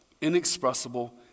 inexpressible